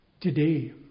today